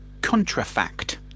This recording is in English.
Contrafact